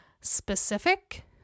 specific